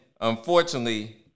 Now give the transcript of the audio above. unfortunately